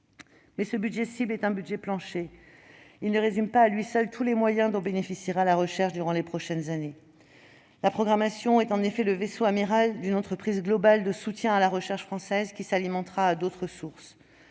Mais ce budget cible est un budget plancher : il ne résume pas à lui seul tous les moyens dont bénéficiera la recherche durant les prochaines années. La programmation est en effet le vaisseau amiral d'une entreprise globale de soutien à la recherche française, qui s'alimentera à d'autres sources